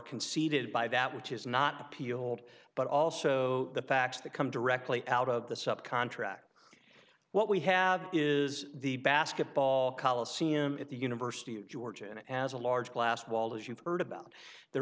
conceded by that which is not appealed but also the facts that come directly out of the sub contract what we have is the basketball coliseum at the university of georgia and as a large glass wall as you've heard about the